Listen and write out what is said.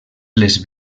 les